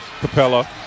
Capella